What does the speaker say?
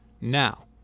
Now